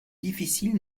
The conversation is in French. difficile